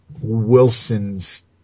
Wilson's